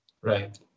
Right